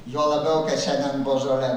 juo labiau kad šiandien božolė